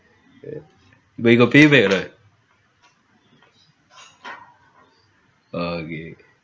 but you got pay back or not oh okay okay